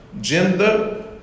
gender